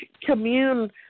commune